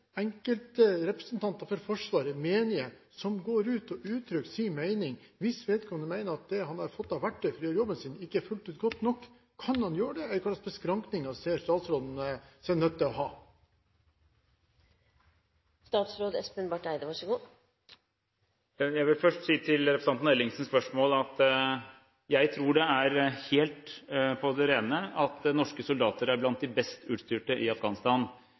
for Forsvaret, menige, som går ut og uttrykker sin mening hvis man mener at det man har fått av verktøy for å gjøre jobben, ikke fullt ut er godt nok? Kan man gjøre det? Eller hva slags beskrankninger ser statsråden seg nødt til å ha? Til representanten Ellingsens spørsmål vil jeg først si at jeg tror det er helt på det rene at norske soldater er blant de best utstyrte i Afghanistan.